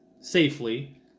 safely